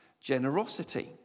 generosity